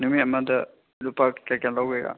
ꯅꯨꯃꯤꯠ ꯑꯗ ꯂꯧꯄꯥ ꯀꯌꯥ ꯀꯌꯥ ꯂꯧꯒꯦꯔꯥ